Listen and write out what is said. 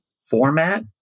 format